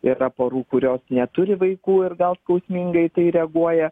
yra porų kurios neturi vaikų ir gal skausmingai į tai reaguoja